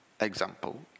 Example